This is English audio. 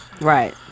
Right